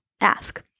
ask